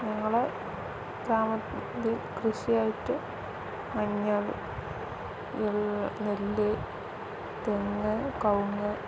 ഞങ്ങളെ ഗ്രാമത്തിൽ കൃഷിയായിട്ട് മഞ്ഞൾ നെല്ല് തെങ്ങ് കവുങ്ങ്